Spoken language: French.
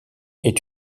est